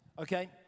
Okay